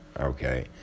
okay